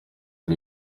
ari